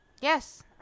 Yes